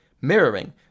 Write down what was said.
mirroring